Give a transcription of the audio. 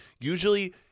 Usually